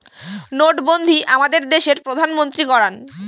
নোটবন্ধী আমাদের দেশের প্রধানমন্ত্রী করান